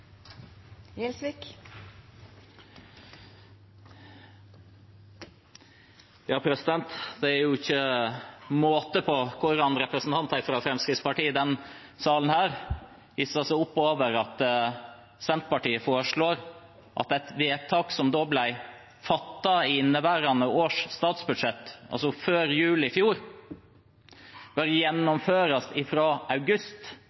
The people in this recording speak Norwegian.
Det er ikke måte på hvordan representanter fra Fremskrittspartiet i denne salen hisser seg opp over at Senterpartiet foreslår at et vedtak som ble fattet i forbindelse med behandlingen av inneværende års statsbudsjett, altså før jul i fjor, bør gjennomføres fra august